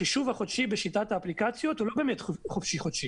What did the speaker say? החישוב החודשי בשיטת האפליקציות הוא לא באמת חודשי חפשי.